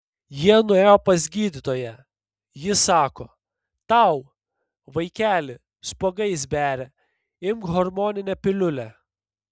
jie nuėjo pas gydytoją ji sako tau vaikeli spuogais beria imk hormoninę piliulę